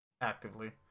actively